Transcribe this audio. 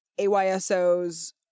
ayso's